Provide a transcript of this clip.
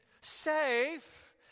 safe